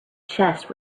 chest